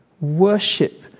Worship